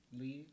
Leave